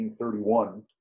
1931